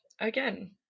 again